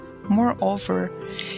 Moreover